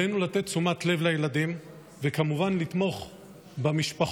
עלינו לתת תשומת לב לילדים, וכמובן לתמוך במשפחות.